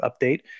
update